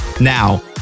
now